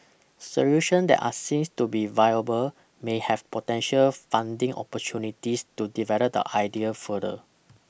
solution that are seen to be viable may have potential funding opportunities to develop the idea further